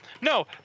No